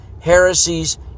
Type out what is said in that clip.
heresies